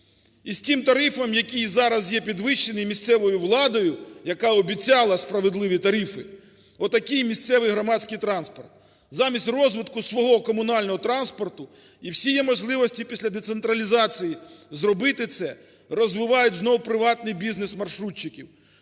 і з цим тарифом, який зараз є підвищений місцевою владою, яка обіцяла справедливі тарифи. От такий місцевий громадський транспорт. Замість розвитку свого комунального транспорту і всі є можливості після децентралізації зробити це, розвивають знову приватний бізнес маршрутчиків,